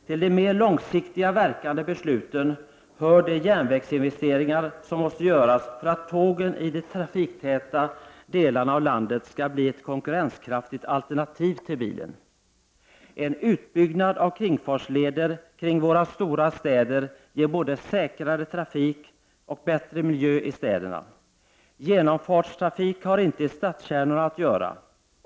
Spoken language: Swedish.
Till de mer långsiktigt verkande besluten hör de järnvägsinvesteringar som måste göras för att tågen i de trafiktäta delarna av landet skall bli ett konkurrenskraftigt alternativ till bilen. En utbyggnad av kringfartsleder vid våra stora städer ger både säkrare trafik och bättre miljö i städerna. Genomfartstrafik har inte i stadskärnorna att göra.